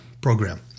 program